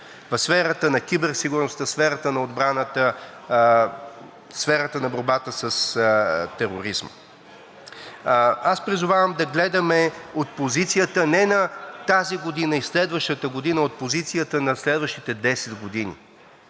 В сферата на киберсигурността, в сферата на отбраната, в сферата на борбата с тероризма. Призовавам да гледаме от позицията не на тази година и следващата година, а от позицията на следващите 10 години.